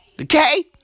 Okay